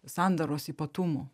sandaros ypatumų